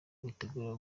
witegura